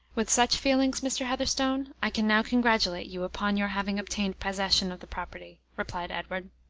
with such feelings, mr. heatherstone, i can now congratulate you upon your having obtained possession of the property, replied edward.